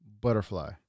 butterfly